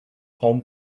home